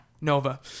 Nova